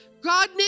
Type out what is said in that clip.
God